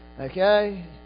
Okay